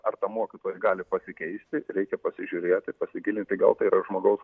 ar ta mokytoja gali pasikeist reikia pasižiūrėti pasigilinti gal tai yra žmogaus